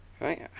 Right